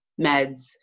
meds